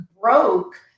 Broke